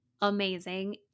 amazing